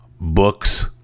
books